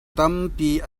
tampi